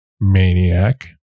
maniac